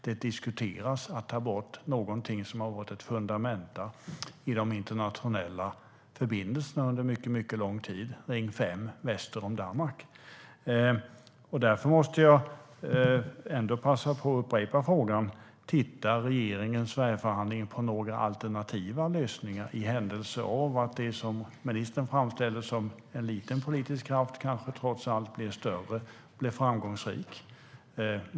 Det diskuteras att ta bort något som varit ett fundament i de internationella förbindelserna under mycket lång tid: Ring 5 väster om Danmark. Därför måste jag upprepa frågan. Tittar regeringen och Sverigeförhandlingen på några alternativa lösningar i händelse av att det som ministern framställer som en liten politisk kraft kanske trots allt blir större och framgångsrikt?